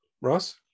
Ross